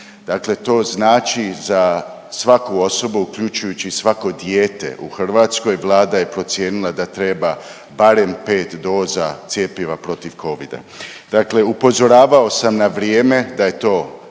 dakle to znači za svaku osobu, uključujući i svako dijete u Hrvatskoj Vlada je procijenila da treba barem 5 doza cjepiva protiv covida. Dakle upozoravao sam na vrijeme da je to